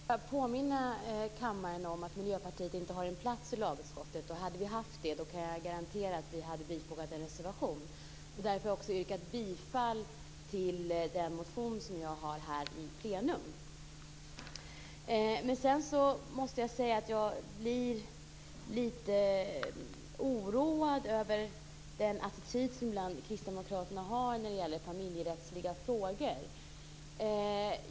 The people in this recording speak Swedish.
Fru talman! Jag vill bara påminna kammaren om att Miljöpartiet inte har någon plats i lagutskottet. Om vi hade haft det kan jag garantera att vi hade bifogat en reservation och därmed också yrkat bifall till den motion som jag har yrkat bifall till här i plenum. Jag blir lite oroad över den attityd som Kristdemokraterna ibland har när det gäller familjerättsliga frågor.